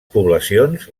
poblacions